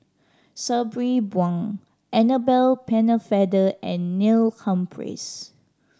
Sabri Buang Annabel Pennefather and Neil Humphreys